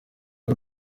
z’u